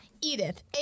Edith